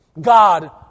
God